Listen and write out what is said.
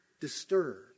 disturbed